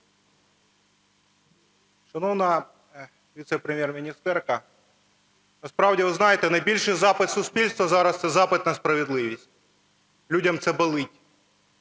Шановна віцепрем'єр-міністерка, насправді, ви знаєте, найбільший запит суспільства зараз – це запит на справедливість. Людям це болить.